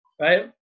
right